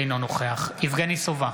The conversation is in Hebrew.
אינו נוכח יבגני סובה,